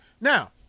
Now